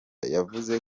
yavuze